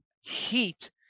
heat